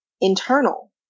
internal